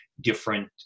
different